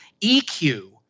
EQ